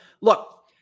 look